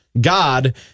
God